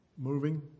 moving